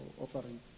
offering